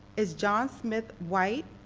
is john smith, white,